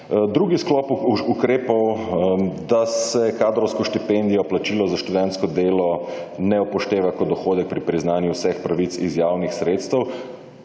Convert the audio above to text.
Drugi sklop ukrepov, da se kadrovsko štipendijo, plačilo za študentsko delo ne upošteva kot dohodek pri priznanju vseh pravic iz javnih sredstev.